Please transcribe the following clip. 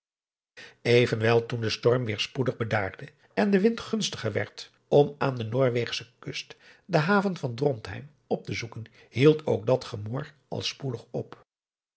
evenwel toen de storm weêr spoedig bedaarde en de wind gunstiger werd om aan de noorweegsche kust de haven van drontheim op te zoeken hield ook dat gemor al spoedig op